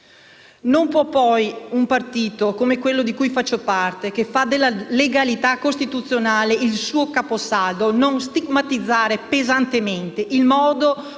Non può poi un partito come quello di cui faccio parte, che fa della legalità costituzionale il suo caposaldo, non stigmatizzare pesantemente il modo con